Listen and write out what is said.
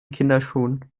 kinderschuhen